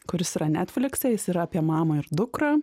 kuris yra netflikse jis yra apie mamą ir dukrą